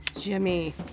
Jimmy